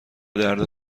درد